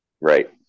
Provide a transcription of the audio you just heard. Right